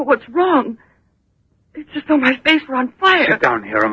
what's wrong it's just so much based around fire down here